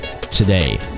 today